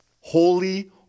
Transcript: Holy